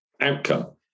outcome